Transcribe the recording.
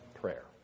prayer